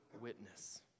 witness